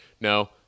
no